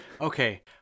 Okay